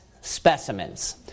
specimens